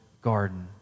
garden